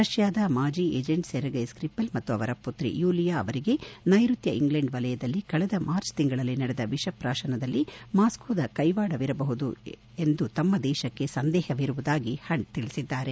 ರಷ್ಕಾದ ಮಾಜಿ agent Sergei Skripal ಮತ್ತು ಅವರ ಪುತ್ರಿ ಯೂಲಿಯಾ ಅವರಿಗೆ ನೈಋತ್ಯ ಇಂಗ್ಲೆಂಡ್ ವಲಯದಲ್ಲಿ ಕಳೆದ ಮಾರ್ಚ್ ತಿಂಗಳಲ್ಲಿ ನಡೆದ ವಿಷಪ್ರಾತನದಲ್ಲಿ ಮಾಸ್ಕೋದ ಕೈವಾಡವಿರಬಹುದು ತಮ್ಮ ದೇಶಕ್ಕೆ ತೀವ್ರ ಸಂದೇಹವಿರುವುದಾಗಿ ಹಂಟ್ ತಿಳಿಸಿದ್ದಾರೆ